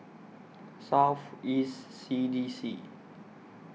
South East C D C